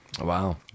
Wow